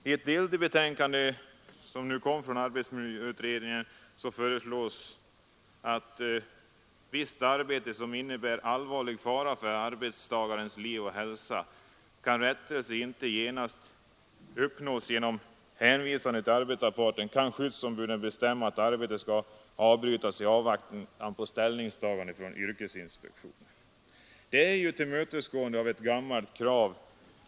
I delbetänkandet från arbetsmiljöutredningen föreslås: ”Innebär visst arbete omedelbar och allvarlig fara för arbetstagarens liv och hälsa och kan rättelse inte genast uppnås genom hänvändelse till arbetsgivaren, kan skyddsombud bestämma att arbetet skall avbrytas i avvaktan på ställningstagande av yrkesinspektionen.” Detta är ett tillmötesgående av ett gammalt krav.